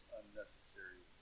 unnecessary